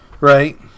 Right